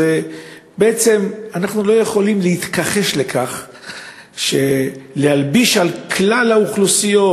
בעצם אנחנו לא יכולים להתכחש לכך שלהלביש על כלל האוכלוסיות,